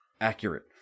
accurate